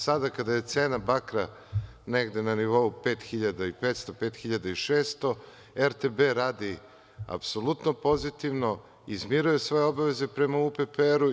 Sada kada je cena bakra negde na nivou 5.500, 5.600, RTB radi apsolutno pozitivno, izmiruje svoje obaveze prema UPPR.